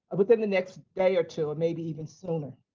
within the next day or two, maybe even sooner.